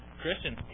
Christian